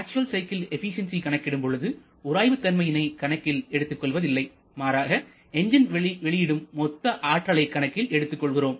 actual cycle efficiency கணக்கிடும் பொழுது உராய்வுதன்மையினை கணக்கில் எடுத்துக் கொள்வதில்லை மாறாக இன்ஜின் வெளியிடும் மொத்த ஆற்றலை கணக்கில் எடுத்துக் கொள்கிறோம்